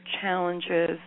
challenges